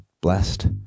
blessed